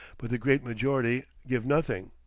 but the great majority give nothing.